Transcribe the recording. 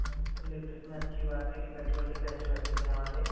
हाँ जी sir electric में अच्छी बात हैं कि पेट्रोल के पैसे बचेंगे हमारे